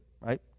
right